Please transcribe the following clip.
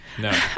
No